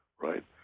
right